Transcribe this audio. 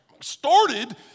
started